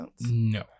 No